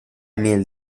miel